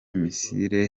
misile